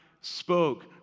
spoke